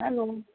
hello